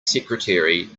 secretary